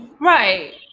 Right